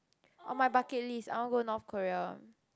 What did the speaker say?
on my bucket list I wanna go North Korea